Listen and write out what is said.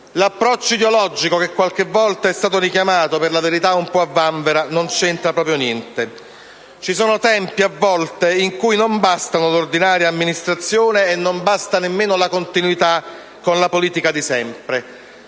l'approccio ideologico che qualche volta è stato richiamato, per la verità un po' a vanvera, non c'entra proprio niente. Ci sono tempi, a volte, in cui non basta l'ordinaria amministrazione e non basta nemmeno la continuità con la politica di sempre,